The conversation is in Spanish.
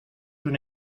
una